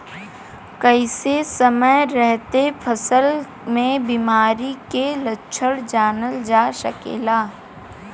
कइसे समय रहते फसल में बिमारी के लक्षण जानल जा सकेला?